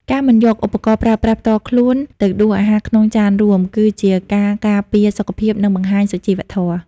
ការមិនយកឧបករណ៍ប្រើប្រាស់ផ្ទាល់ខ្លួនទៅដួសអាហារក្នុងចានរួម គឺជាការការពារសុខភាព និងបង្ហាញសុជីវធម៌។